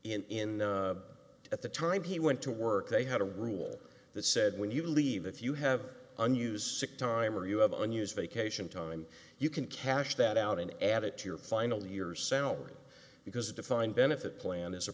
in at the time he went to work they had a rule that said when you leave if you have an use sick time or you have unused vacation time you can cash that out and add it to your final years salary because a defined benefit plan is a